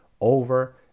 over